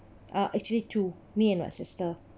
uh actually two me and my sister